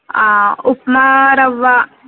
ఉప్మా రవ్వ